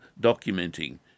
documenting